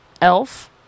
Elf